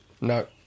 No